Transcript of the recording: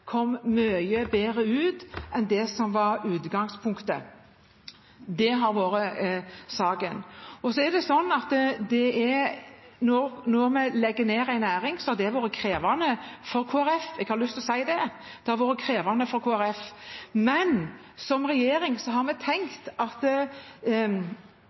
kom mye bedre ut enn det som var utgangspunktet. Det har vært saken. Så er det sånn at det å legge ned en næring har vært krevende for Kristelig Folkeparti. Jeg har lyst til å si det – det har vært krevende for Kristelig Folkeparti. Men som regjering har vi